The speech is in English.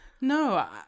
No